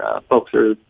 ah folks are,